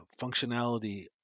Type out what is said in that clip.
functionality